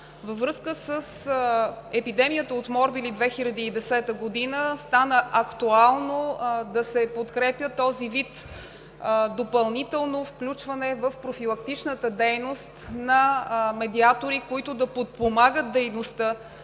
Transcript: Във връзка с епидемията от морбили през 2010 г. стана актуално да се подкрепя този вид допълнително включване в профилактичната дейност на медиатори, които да подпомагат дейността